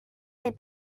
des